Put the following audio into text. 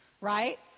right